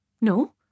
No